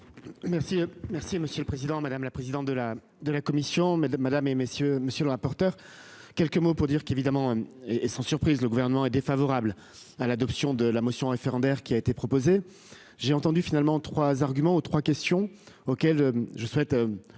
merci monsieur le président, madame la présidente de la de la commission mais madame et messieurs, monsieur le rapporteur. Quelques mots pour dire qu'évidemment et. Et sans surprise, le Gouvernement est défavorable à l'adoption de la motion référendaire qui a été proposé. J'ai entendu finalement 3 arguments ou 3 questions auxquelles je souhaite